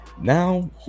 now